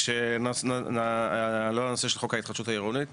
כשעלה הנושא של חוק ההתחדשות העירונית,